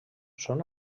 són